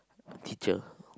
teacher